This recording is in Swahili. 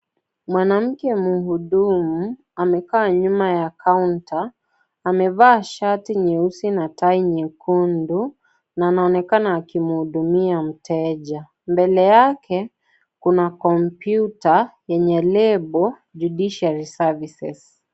Mwanamke mhudumu, amekaa nyuma ya kaunta, amevaa shati nyeusi na tai nyekundu, na anaonekana akimhudumia mteja. Mbele yake, kuna kompyuta yenye lebo Judiciary Services .